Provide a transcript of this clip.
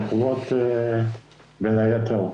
בעקבות, בין היתר,